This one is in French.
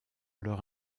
leur